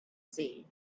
see